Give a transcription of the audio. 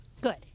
Good